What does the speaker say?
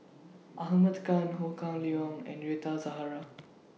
Ahmad Khan Ho Kah Leong and Rita Zahara